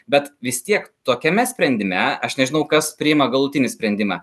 bet vis tiek tokiame sprendime aš nežinau kas priima galutinį sprendimą